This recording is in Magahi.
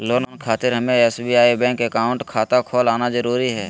लोन खातिर हमें एसबीआई बैंक अकाउंट खाता खोल आना जरूरी है?